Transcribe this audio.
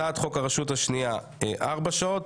הצעת חוק הרשות השנייה ארבע שעות,